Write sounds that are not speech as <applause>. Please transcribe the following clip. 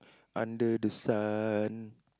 <breath> under the sun